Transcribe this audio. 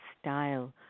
style